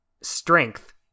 strength